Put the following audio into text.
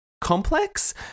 complex